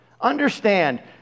understand